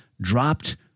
dropped